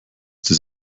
dies